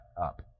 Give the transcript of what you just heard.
up